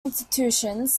institutions